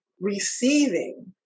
receiving